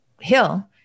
hill